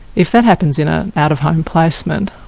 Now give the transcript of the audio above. if that happens in an out-of-home placement,